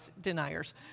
deniers